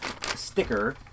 sticker